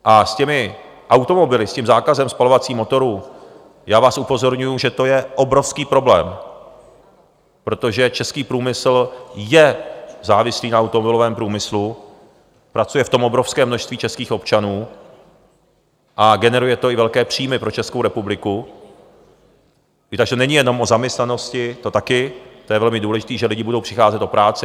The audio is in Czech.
A s automobily, s tím zákazem spalovacích motorů já vás upozorňuji, že to je obrovský problém, protože český průmysl je závislý na automobilovém průmyslu, pracuje tam obrovské množství českých občanů a generuje to i velké příjmy pro Českou republiku, takže to není jen o zaměstnanosti, to také to je velmi důležité že lidé budou přicházet o práci.